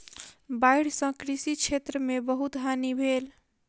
बाइढ़ सॅ कृषि क्षेत्र में बहुत हानि भेल